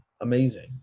amazing